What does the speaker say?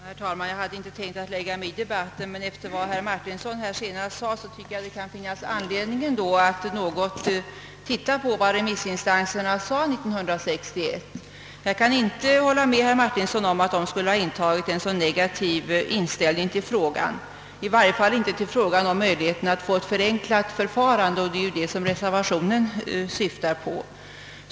Herr talman! Jag hade inte tänkt blanda mig i debatten, men efter vad herr Martinsson nu senast sade tycker jag det kan finnas anledning att se något på vad remissinstanserna sade 1961. Jag kan inte hålla med herr Martinsson om att de skulle ha intagit en särskilt negativ ställning, i varje fall inte till möjligheterna att få ett förenklat förfarande, och det är ju det reservationen syftar till.